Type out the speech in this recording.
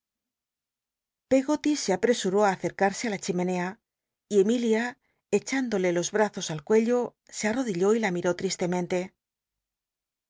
peggoty se apresuró á acerca se í la chimenea y emilia echándole los brazos al cuello se artodilló y la miró tristemente